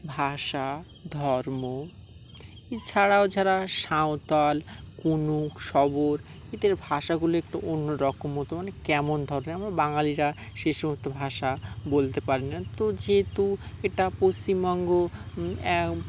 ভাষা ধর্ম এছাড়াও যারা সাঁওতাল কনুক শবর এদের ভাষাগুলো একটু অন্যরকম মতো মানে কেমন ধরনের আমরা বাঙালিরা সে সমস্ত ভাষা বলতে পারে না তো যেহেতু এটা পশ্চিমবঙ্গ